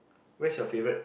where's your favourite